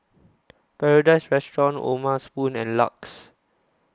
Paradise Restaurant O'ma Spoon and LUX